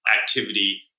activity